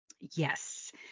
Yes